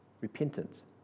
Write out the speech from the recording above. repentance